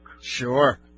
Sure